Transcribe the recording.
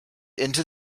into